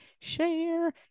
share